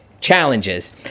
challenges